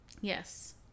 Yes